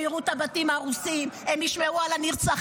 הם יראו את הבתים הרוסים, הם ישמעו על הנרצחים.